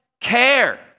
care